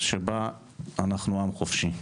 שבה אנחנו עם חופשי.